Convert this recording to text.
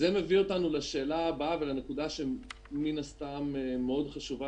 זה מביא אותנו לשאלה הבאה ולנקודה שמאוד חשובה